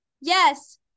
yes